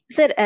Sir